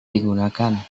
digunakan